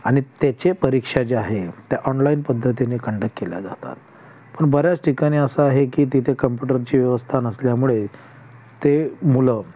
आणि तेचे परीक्षा जे आहे त्या ऑनलाईन पद्धतीने कंडक केल्या जातात पण बऱ्याच ठिकाणी असं आहे की तिथे कॉम्प्युटरची व्यवस्था नसल्यामुळे ते मुलं